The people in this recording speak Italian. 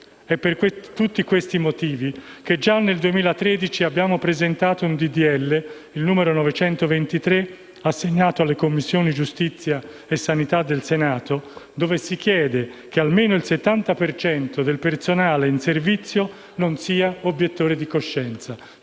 È per tutti questi motivi che già nel 2013 abbiamo presentato il disegno di legge n. 923, assegnato alle Commissioni giustizia e sanità del Senato, nel quale si chiede che almeno il 70 per cento del personale in servizio non sia obiettore di coscienza.